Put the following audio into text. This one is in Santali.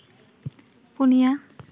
ᱯᱩᱱᱤᱭᱟ